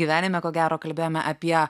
gyvenime ko gero kalbėjome apie